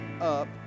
up